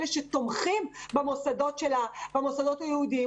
אלה שתומכים במוסדות היהודיים,